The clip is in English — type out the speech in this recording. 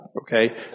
okay